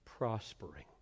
prospering